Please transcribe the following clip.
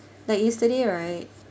like yesterday right